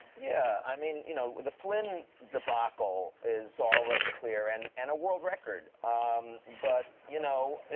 yeah. i mean, you know, the flynn debacle is already clear and and a world record. um but, you know and